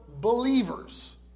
believers